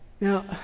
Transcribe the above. Now